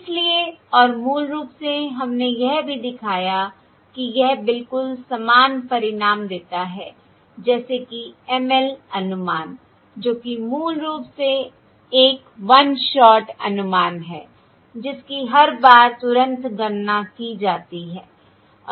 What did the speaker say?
इसलिए और मूल रूप से हमने यह भी दिखाया कि यह बिलकुल समान परिणाम देता है जैसे कि ML अनुमान जो कि मूल रूप से एक वन शॉट अनुमान है जिसकी हर बार तुरंत गणना की जाती है